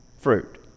fruit